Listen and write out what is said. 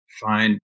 find